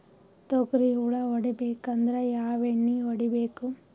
ತೊಗ್ರಿ ಹುಳ ಹೊಡಿಬೇಕಂದ್ರ ಯಾವ್ ಎಣ್ಣಿ ಹೊಡಿಬೇಕು?